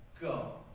go